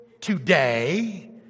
today